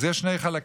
אז יש שני חלקים: